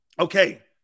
Okay